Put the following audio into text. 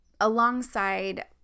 alongside